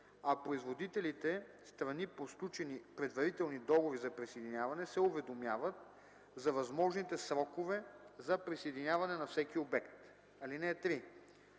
а производителите – страни по сключени предварителни договори за присъединяване, се уведомяват за възможните срокове за присъединяване на всеки обект. (3)